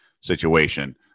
situation